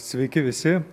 sveiki visi